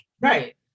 right